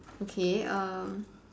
okay uh